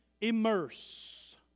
immerse